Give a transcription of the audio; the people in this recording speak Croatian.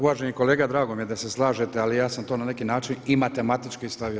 Uvaženi kolega, drago mi je da se slažete ali ja sam to na neki način i matematički stavio.